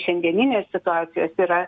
šiandieninės situacijos yra